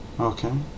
Okay